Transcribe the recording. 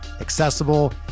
accessible